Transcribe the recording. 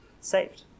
saved